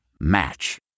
Match